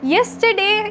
Yesterday